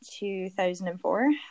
2004